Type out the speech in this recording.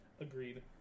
agreed